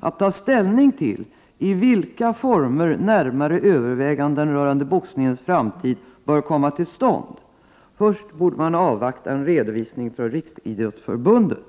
att ta ställning till i vilka former närmare överväganden rörande boxningens framtid bör komma till stånd. Först borde man avvakta en redovisning från Riksidrottsförbundet.